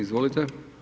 Izvolite.